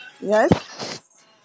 Yes